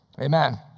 Amen